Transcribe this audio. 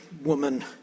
woman